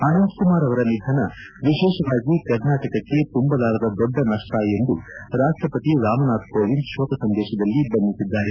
ಅನಂತ ಕುಮಾರ್ ಅವರ ನಿಧನ ವಿಶೇಷವಾಗಿ ಕರ್ನಾಟಕಕ್ಕೆ ತುಂಬಲಾರದ ದೊಡ್ಡ ನಡ್ವ ಎಂದು ರಾಷ್ಟ್ರಪತಿ ರಾಮನಾಥ್ ಕೋವಿಂದ್ ಶೋಕ ಸಂದೇಶದಲ್ಲಿ ಬಣ್ಣಿಸಿದ್ದಾರೆ